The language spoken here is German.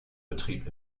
betrieb